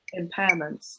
impairments